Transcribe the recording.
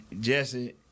Jesse